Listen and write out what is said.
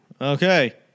Okay